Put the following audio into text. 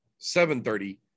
7.30